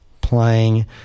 playing